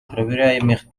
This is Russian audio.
проверяемых